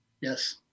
yes